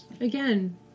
again